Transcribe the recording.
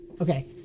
Okay